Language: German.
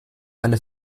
eine